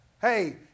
Hey